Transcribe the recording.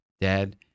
Dad